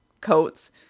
coats